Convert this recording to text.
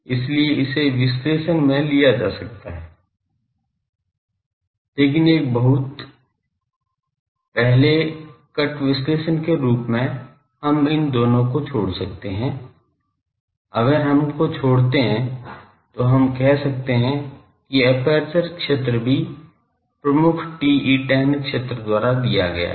इसलिए इसे विश्लेषण में लिया जा सकता है लेकिन एक बहुत पहले कट विश्लेषण के रूप में हम इन दोनों को छोड़ सकते हैं अगर हम को छोड़ते हैं तो हम कह सकते हैं कि एपर्चर क्षेत्र भी प्रमुख TE10 क्षेत्र द्वारा दिया गया है